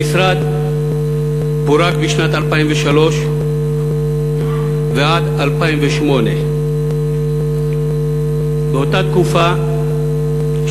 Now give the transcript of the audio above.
המשרד פורק בשנת 2003 ועד 2008. באותה תקופה שירותי